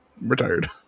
retired